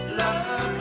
love